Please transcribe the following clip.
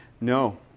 No